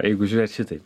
jeigu žiūrėt šitai